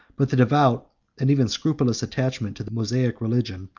but the devout and even scrupulous attachment to the mosaic religion,